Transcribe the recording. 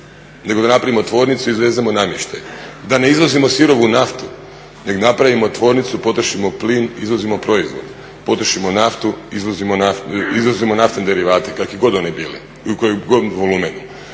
nego da napravimo tvornicu i izvezemo namještaj. Da ne izvozimo sirovu naftu nego napravimo tvornicu, potrošimo plin, izvozimo proizvod. Potrošimo naftu, izvozimo naftne derivate kakvi god oni bili i u kojem god volumenu.